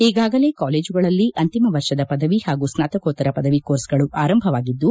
ಈಗಾಗಲೇ ಕಾಲೇಜುಗಳಲ್ಲಿ ಅಂತಿಮ ವರ್ಷದ ಪದವಿ ಹಾಗೂ ಸ್ನಾತಕೋತ್ತರ ಪದವಿ ಕೋರ್ಸ್ಗಳು ಆರಂಭವಾಗಿದ್ದು